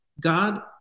God